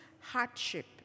hardship